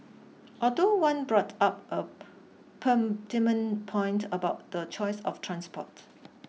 although one brought up a pertinent point about the choice of transport